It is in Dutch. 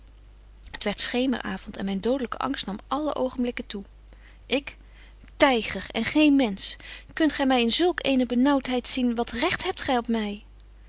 burgerhart werdt schemer avond en myn dodelyke angst nam alle oogenblikken toe ik tyger en geen mensch kunt gy my in zulk eene benaauwtheid zien wat recht hebt gy op my